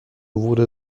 wurde